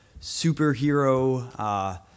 superhero